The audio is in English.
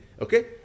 Okay